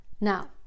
Now